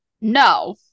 No